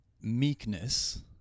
meekness